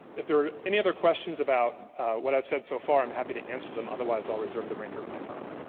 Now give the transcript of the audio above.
if there are any other questions about what i've said so far, i'm happy to answer them otherwise, i'll reserve the remainder of my time.